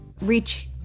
reach